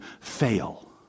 fail